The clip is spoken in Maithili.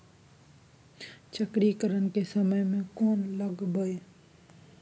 चक्रीकरन के समय में कोन लगबै?